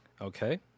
Okay